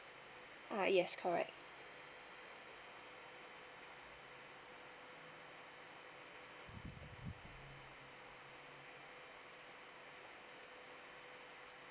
ah yes correct